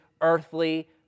earthly